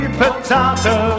potato